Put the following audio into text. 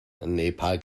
nepal